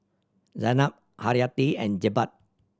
Zaynab Haryati and Jebat